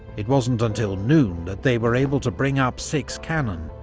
it wasn't until noon that they were able to bring up six cannon,